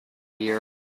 beer